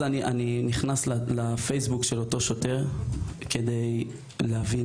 אני נכנס לפייסבוק של אותו שוטר כדי להבין